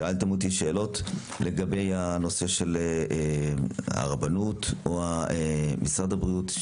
שאלתם אותי שאלות לגבי הנושא של הרבנות או משרד הבריאות.